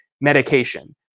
medication